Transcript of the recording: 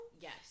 Yes